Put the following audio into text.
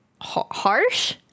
Harsh